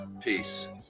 peace